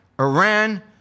Iran